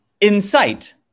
insight